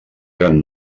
gran